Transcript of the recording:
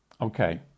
Okay